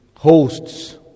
Hosts